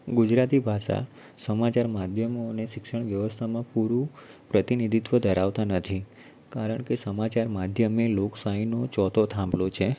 ગુજરાતી ભાષા સમાચાર માધ્યમો અને શિક્ષણ વ્યવસ્થામાં પૂરું પ્રતિનિધિત્ત્વ ધરાવતાં નથી કારણ કે સમાચાર માધ્યમ એ લોકશાહીનો ચોથો થાંભલો છે